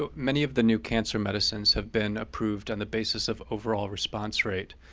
ah many of the new cancer medicines have been approved on the basis of overall response rate.